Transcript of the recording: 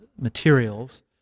materials